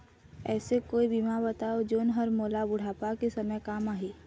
ऐसे कोई बीमा बताव जोन हर मोला बुढ़ापा के समय काम आही?